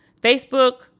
Facebook